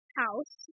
house